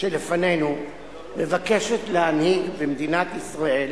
שבפנינו מבקשת להנהיג במדינת ישראל,